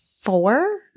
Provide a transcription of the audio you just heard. four